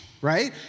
right